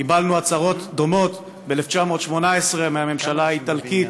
קיבלנו הצהרות דומות ב-1918 מהממשלה האיטלקית,